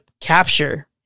capture